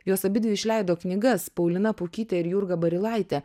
jos abidvi išleido knygas paulina pukytė ir jurga barilaitė